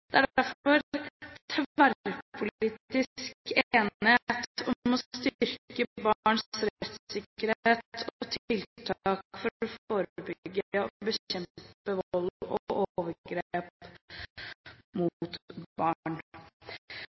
brutalt. Det er derfor tverrpolitisk enighet om å styrke barns rettssikkerhet og tiltak for å forebygge og bekjempe vold og overgrep mot barn.